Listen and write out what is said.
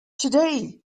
today